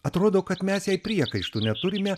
atrodo kad mes jai priekaištų neturime